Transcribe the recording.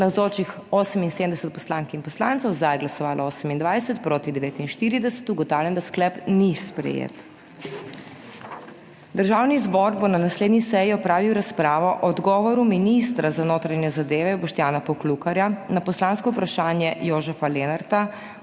glasovalo 28, proti 49. (Za je glasovalo 28.) (Proti 49.) Ugotavljam, da sklep ni sprejet. Državni zbor bo na naslednji seji opravil razpravo o odgovoru ministra za notranje zadeve Boštjana Poklukarja na poslansko vprašanje Jožefa Lenarta